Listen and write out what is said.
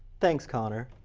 thanks connor.